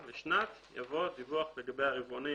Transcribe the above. לשנת" יבוא "דיווח לגבי הרבעונים